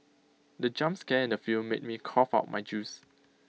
the jump scare in the film made me cough out my juice